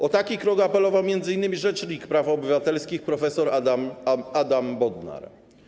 O taki krok apelował m.in. rzecznik praw obywatelskich prof. Adam Bodnar.